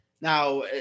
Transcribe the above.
Now